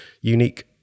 unique